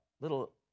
little